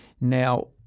Now